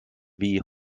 wie